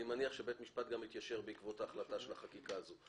אני מניח שבית משפט גם יתיישר בעקבות ההחלטה של החקיקה הזאת,